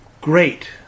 Great